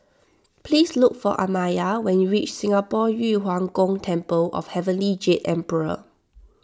please look for Amaya when you reach Singapore Yu Huang Gong Temple of Heavenly Jade Emperor